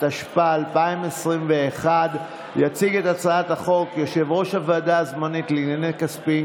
התשפ"א 2021. יציג את הצעת החוק יושב-ראש הוועדה הזמנית לענייני כספים